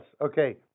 okay